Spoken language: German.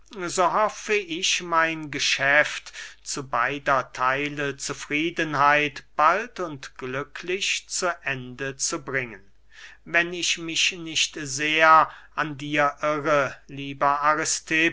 hoffe ich mein geschäft zu beider theile zufriedenheit bald und glücklich zu ende zu bringen wenn ich mich nicht sehr an dir irre lieber